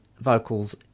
vocals